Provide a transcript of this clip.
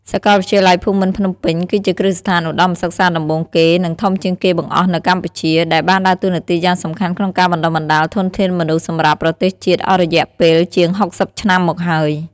សាកលវិទ្យាល័យភូមិន្ទភ្នំពេញគឺជាគ្រឹះស្ថានឧត្តមសិក្សាដំបូងគេ និងធំជាងគេបង្អស់នៅកម្ពុជា ដែលបានដើរតួនាទីយ៉ាងសំខាន់ក្នុងការបណ្តុះបណ្តាលធនធានមនុស្សសម្រាប់ប្រទេសជាតិអស់រយៈពេលជាង ៦០ ឆ្នាំមកហើយ។